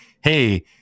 Hey